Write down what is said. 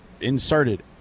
inserted